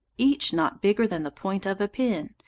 each not bigger than the point of a pin,